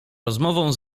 rozmową